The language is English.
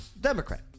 Democrat